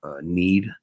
need